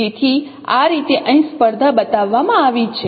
તેથી આ રીતે અહીં સ્પર્ધા બતાવવામાં આવી છે